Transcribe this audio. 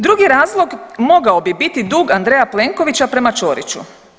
Drugi razlog mogao bi biti dug Andreja Plenkovića prema Ćoriću.